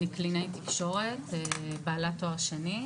אני קלינאית תקשורת בעלת תואר שני,